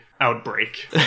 outbreak